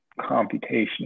computation